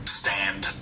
stand